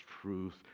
truth